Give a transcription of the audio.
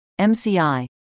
MCI